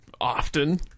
often